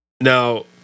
now